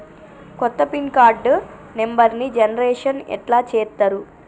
కొత్త PIN card నెంబర్ని generation ఎట్లా చేత్తరు?